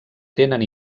tenen